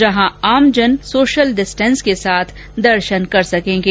जहाँ आमजन social distance के साथ दर्शन कर सकेंगे